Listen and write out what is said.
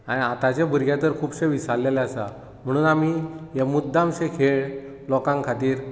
आनी आताचे भुरगे तर खुबशे विसरलेले आसा म्हणून आमी हे मुद्दामशे खेळ लोकां खातीर